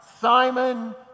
Simon